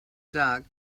jug